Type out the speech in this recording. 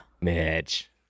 Mitch